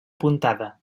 apuntada